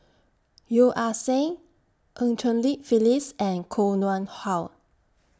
Yeo Ah Seng EU Cheng Li Phyllis and Koh Nguang How